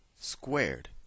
squared